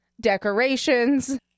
decorations